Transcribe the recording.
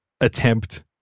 attempt